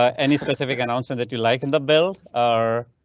ah any specific announcement that you like in the bill are.